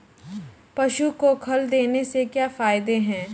पशु को खल देने से क्या फायदे हैं?